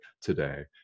today